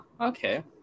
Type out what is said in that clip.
Okay